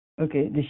Okay